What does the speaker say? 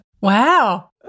Wow